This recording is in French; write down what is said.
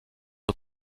aux